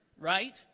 right